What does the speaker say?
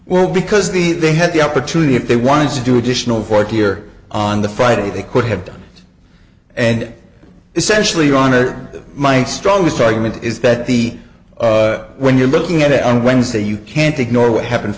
well because the they had the opportunity if they wanted to do additional forty year on the friday they could have done and essentially your honor my strongest argument is that the when you're looking at it on wednesday you can't ignore what happened